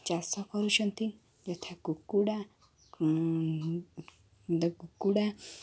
ଚାଷ କରୁଛନ୍ତି ଯଥା କୁକୁଡ଼ା କୁକୁଡ଼ା